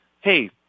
hey